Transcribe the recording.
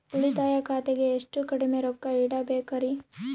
ಉಳಿತಾಯ ಖಾತೆಗೆ ಎಷ್ಟು ಕಡಿಮೆ ರೊಕ್ಕ ಇಡಬೇಕರಿ?